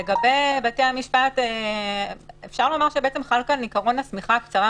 לגבי בתי המשפט אפשר לומר שבעצם חל כאן עיקרון השמיכה הקצרה,